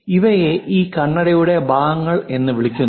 ഇവയെ ഈ കണ്ണടയുടെ ഭാഗങ്ങൾ എന്ന് വിളിക്കുന്നു